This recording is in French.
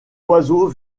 oiseau